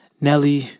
Nelly